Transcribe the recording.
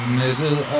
middle